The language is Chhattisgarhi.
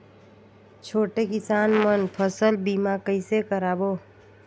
छोटे किसान मन फसल बीमा कइसे कराबो?